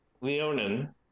Leonin